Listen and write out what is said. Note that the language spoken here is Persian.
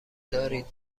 دارید